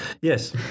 Yes